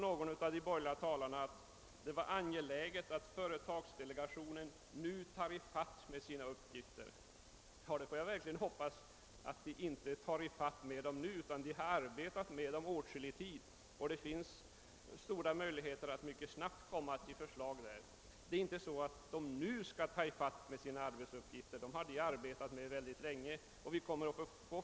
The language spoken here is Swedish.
Någon av de borgerliga talarna sade att det är angeläget att företagsdelegationen nu tar ifatt med sina uppgifter, men delegationen har arbetat med dem sedan åtskillig tid och det finns stora möjligheter för att delegationens förslag framlägges för riksdagen relativt snart.